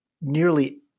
nearly –